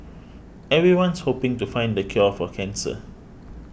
everyone's hoping to find the cure for cancer